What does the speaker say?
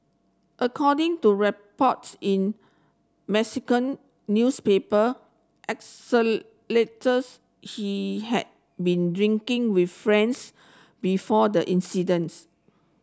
according to reports in Mexican newspaper he had been drinking with friends before the incidence